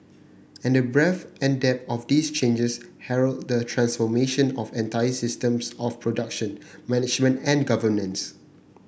and the breadth and depth of these changes herald the transformation of entire systems of production management and governance